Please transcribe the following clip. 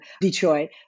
Detroit